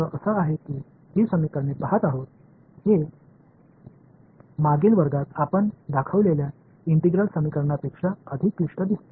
இது முந்தைய வகுப்பில் நாம் காண்பித்த ஒருங்கிணைந்த சமன்பாட்டை விட மிகவும் சிக்கலானதாகத் தெரிகிறது